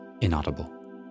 inaudible